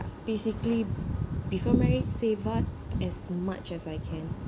basically before marriage save up as much as I can